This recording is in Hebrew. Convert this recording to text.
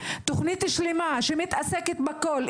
תוכנית שלמה שמתעסקת בכול.